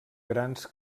grans